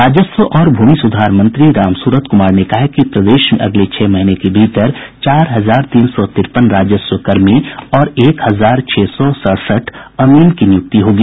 राजस्व और भूमि सुधार मंत्री राम सूरत कुमार ने कहा है कि प्रदेश में अगले छह महीने के भीतर चार हजार तीन सौ तिरपन राजस्व कर्मी और एक हजार छह सौ सड़सठ अमीन की नियुक्ति होगी